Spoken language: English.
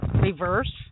reverse